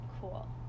Cool